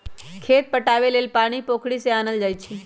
खेत पटाबे लेल पानी पोखरि से आनल जाई छै